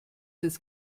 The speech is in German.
des